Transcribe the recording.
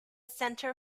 center